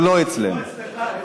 הוא אצלך,